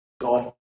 God